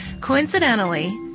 coincidentally